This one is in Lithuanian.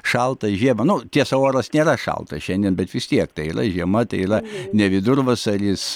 šaltą žiemą nu tiesa oras nėra šalta šiandien bet vis tiek tai yra žiema tai yra ne vidurvasaris